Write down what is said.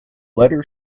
letter